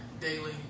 daily